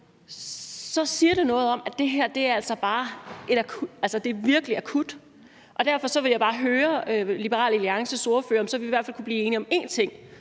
det siger noget om, at det her virkelig er akut. Derfor vil jeg bare høre Liberal Alliances ordfører, om vi så i hvert fald kunne blive enige om én ting,